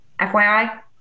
fyi